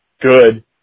good